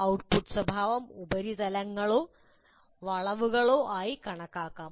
output സ്വഭാവം ഉപരിതലങ്ങളോ വളവുകളോ ആയി കണക്കാക്കാം